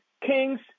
kings